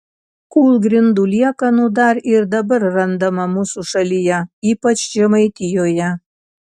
kūlgrindų liekanų dar ir dabar randama mūsų šalyje ypač žemaitijoje